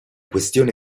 questione